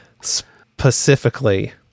Specifically